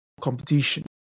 competition